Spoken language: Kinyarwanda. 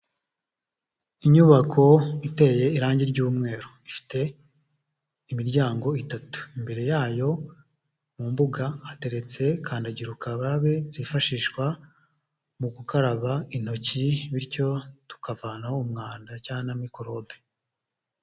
Inyubako iteye irangi ry'umweru, ifite imiryango itatu, imbere yayo mu mbuga hateretse kandagirakarabe zifashishwa mu gukaraba intoki, bityo tukavanaho umwanda cyangwa na mikorobe.